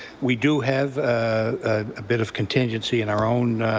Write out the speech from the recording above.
we do have a bit of contingency in our own